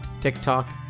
TikTok